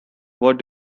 what